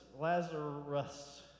Lazarus